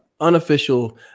unofficial